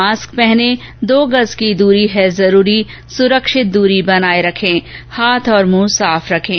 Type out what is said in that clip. mask पहनें दो गज़ की दूरी है जरूरी सुरक्षित दूरी बनाए रखें हाथ और मुंह साफ रखें